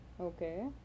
okay